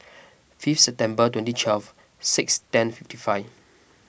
fifth September twenty twelve six ten fifty five